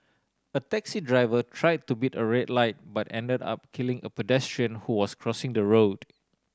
a taxi driver try to beat a red light but ended up killing a pedestrian who was crossing the road